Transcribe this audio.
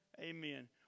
Amen